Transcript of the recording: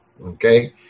okay